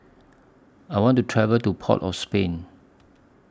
I want to travel to Port of Spain